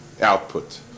output